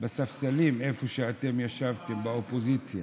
בספסלים איפה שאתם יושבים, באופוזיציה,